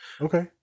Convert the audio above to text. Okay